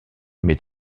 met